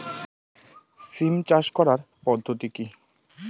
সিম চাষ করার পদ্ধতি কী?